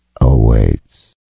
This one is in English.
awaits